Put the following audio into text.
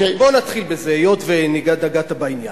בוא נתחיל בזה, היות שנגעת בעניין.